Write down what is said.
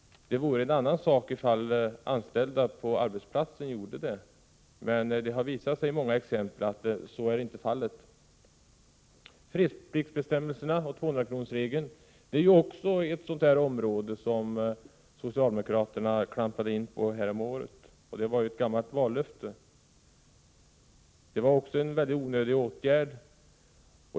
Det vore en annan sak om anställda på arbetsplatsen kom med en sådan begäran. Men det har i många exempel visat sig att så inte är fallet. Fredspliktsbestämmelserna och 200-kronorsregeln tillhör också ett område där socialdemokraterna klampade in häromåret. Det var ju ett gammalt vallöfte. Det var en onödig åtgärd.